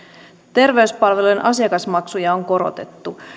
terveyspalvelujen asiakasmaksuja on korotettu